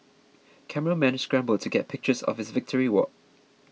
cameramen scramble to get pictures of his victory walk